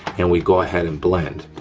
and we go ahead and blend.